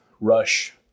Rush